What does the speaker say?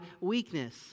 weakness